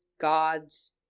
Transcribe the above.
God's